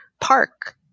park